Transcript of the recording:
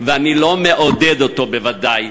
ואני לא מעודד אותו בוודאי,